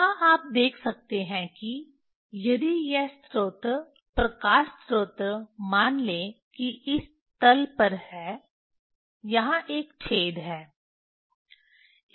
यहां आप देख सकते हैं कि यदि यह स्रोत प्रकाश स्रोत मान लें कि इस तल पर है यहाँ एक छेद है इस तल पर एक छेद है